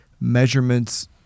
measurements